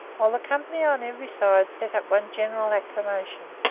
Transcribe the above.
while the company on every side set up one general acclamation.